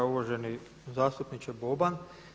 Uvaženi zastupniče Boban.